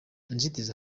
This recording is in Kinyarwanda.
inzitizi